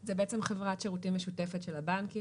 זה חברת שירותים משותפים של הבנקים